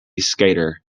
skater